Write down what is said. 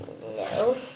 no